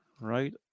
right